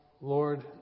Lord